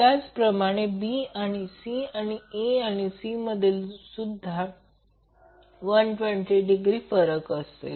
त्याचप्रमाणे B आणि C A आणि C मध्ये सुद्धा 120 डिग्री असेल